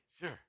sure